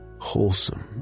wholesome